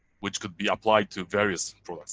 which could be applied to various products.